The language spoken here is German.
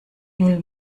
null